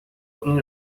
این